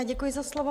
Děkuji za slovo.